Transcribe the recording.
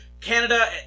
Canada